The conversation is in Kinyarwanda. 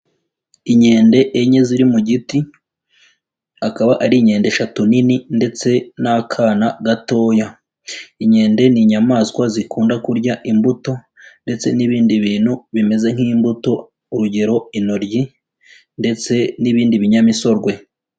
Inkende enye ziri mu giti, akaba ari inkende eshatu nini ndetse n'akana gatoya, inkende ni inyamaswa zikunda kurya imbuto ndetse n'ibindi bintu bimeze nk'imbuto urugero inoryi ndetse n'ibindi binyamisogwe.